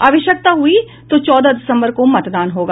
आवश्यकता हुई तो चौदह दिसम्बर को मतदान होगा